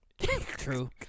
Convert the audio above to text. True